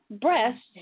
breasts